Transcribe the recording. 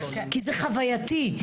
כי זה חווייתי.